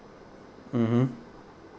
mmhmm